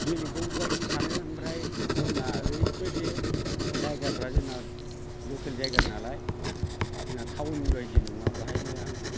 गेलेगौ बायदि सानो ओमफ्राय जोंना ओरैबादि जायगाफ्रा जोंना लखेल जायगा नालाय जोंना थाउननि बायदि नङा बेवहायनो आं